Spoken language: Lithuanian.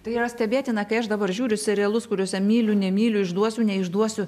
tai yra stebėtina kai aš dabar žiūriu serialus kuriuose myliu nemyliu išduosiu neišduosiu